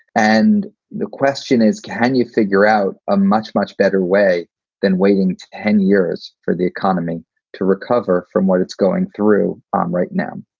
and the question is, can you figure out a much, much better way than waiting ten years for the economy to recover from what it's going through um right now?